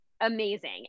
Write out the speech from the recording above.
amazing